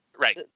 Right